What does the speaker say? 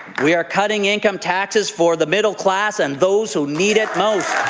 we are cutting income taxes for the middle class and those who need it most.